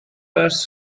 first